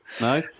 No